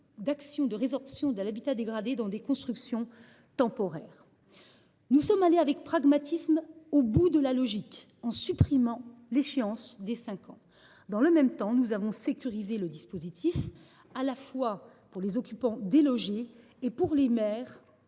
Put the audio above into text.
d’actions de résorption de l’habitat dégradé dans des constructions temporaires. Nous sommes allés avec pragmatisme au bout de cette logique en supprimant l’échéance des cinq ans. Dans le même temps, nous avons sécurisé le dispositif, à la fois pour les occupants délogés et pour les maires